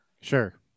Sure